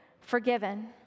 forgiven